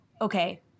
okay